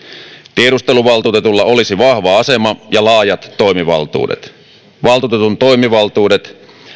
tiedusteluvaltuutetulla olisi vahva asema ja laajat toimivaltuudet valtuutetun toimivaltuudet